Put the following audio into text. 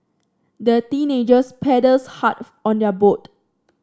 the teenagers paddled hard on their boat